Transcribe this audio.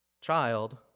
Child